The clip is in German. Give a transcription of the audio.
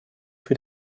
für